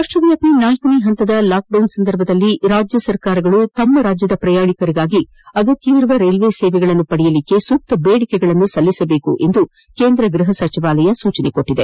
ರಾಷ್ಟವ್ಯಾಪಿ ನಾಲ್ಡನೇ ಪಂತದ ಲಾಕ್ಡೌನ್ ಸಂದರ್ಭದಲ್ಲಿ ರಾಜ್ಯಸರ್ಕಾರಗಳು ತಮ್ಮ ರಾಜ್ಯದ ಪ್ರಯಾಣಿಕರಿಗಾಗಿ ಅಗತ್ತವಿರುವ ರೈಲು ಸೇವೆ ಪಡೆಯಲು ಸೂಕ್ತ ಬೇಡಿಕೆಗಳನ್ನು ಸಲ್ಲಿಸಬೇಕೆಂದು ಕೇಂದ್ರ ಗೃಪ ಸಚಿವಾಲಯ ಸೂಚಿಸಿದೆ